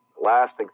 last